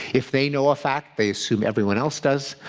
if they know of fact, they assume everyone else does.